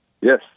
Yes